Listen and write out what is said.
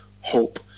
hope